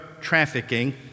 trafficking